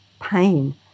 pain